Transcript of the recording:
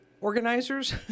organizers